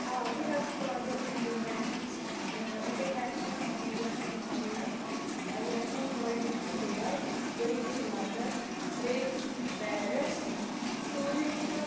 آ بہٕ ہٮ۪کہٕ پانٛژَن اِنٛٹَرنیشنَل سَہ اِنٛٹَرنیشنَل سِٹیٖزَن ہُنٛد ناو ؤنِتھ یَتھ منٛز گۄڈٕنِچ چھُ دُبےَ دوٚیِم چھُ لَنٛدن ترٛیٚیِم چھُ پیرَس ژوٗرِم چھُ